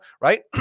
right